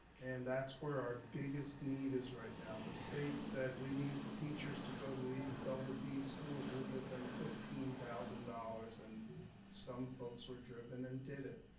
and that's where our biggest need is right now. the state said we need teachers to go to these double d schools. we'll give them fifteen thousand dollars and some folks were driven and did it.